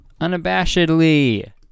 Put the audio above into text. Unabashedly